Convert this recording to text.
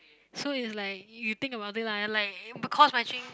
so it's like you think about it lah like er course matching